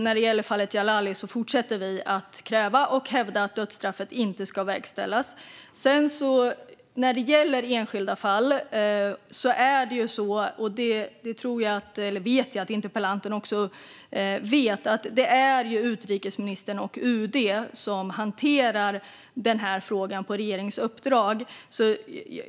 När det gäller fallet Djalali fortsätter regeringen att kräva och hävda att dödsstraffet inte ska verkställas. Jag vet att interpellanten också vet att när det gäller enskilda fall är det utrikesministern och UD som hanterar frågan på regeringens uppdrag.